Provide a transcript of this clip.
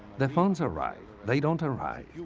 the funds arrive they don't arrive.